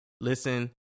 Listen